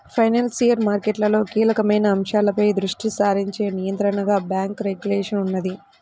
financial మార్కెట్లలో కీలకమైన అంశాలపై దృష్టి సారించే నియంత్రణగా బ్యేంకు రెగ్యులేషన్ ఉన్నది